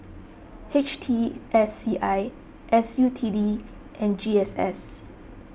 H T S C I S U T D and G S S